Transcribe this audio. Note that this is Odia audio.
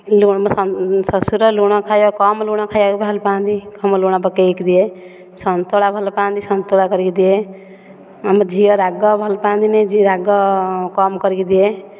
ଶଶୁର ଲୁଣ ଖାଇବାକୁ କମ୍ ଲୁଣ ଖାଇବାକୁ ଭଲପାନ୍ତି କମ୍ ଲୁଣ ପକାଇକି ଦିଏ ସନ୍ତୁଳା ଭଲପାନ୍ତି ସନ୍ତୁଳା କରିକି ଦିଏ ଆମ ଝିଅ ରାଗ ଭଲପାନ୍ତିନି ଯିଏ ରାଗ କମ୍ କରିକି ଦିଏ